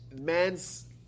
man's